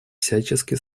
всячески